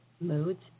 Moods